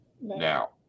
now